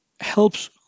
helps